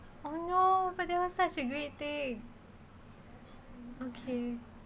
oh no but that was such a great date okay